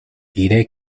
iré